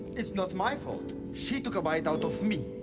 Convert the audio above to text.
it's not my fault. she took a bite out of me.